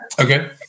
Okay